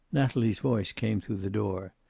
natalie's voice came through the door.